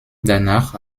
danach